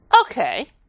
Okay